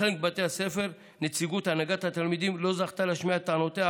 בחלק מבתי הספר נציגות הנהגת התלמידים לא זכתה להשמיע את טענותיה,